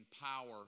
power